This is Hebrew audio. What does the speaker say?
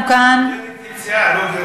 הכותרת היא "יציאה", לא "גירוש".